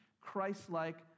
Christ-like